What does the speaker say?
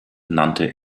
nannte